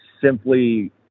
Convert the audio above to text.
simply